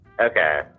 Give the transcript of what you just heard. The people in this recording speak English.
Okay